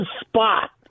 spot